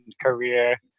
career